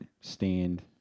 stand